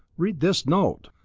read this note!